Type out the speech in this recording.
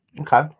okay